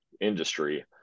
industry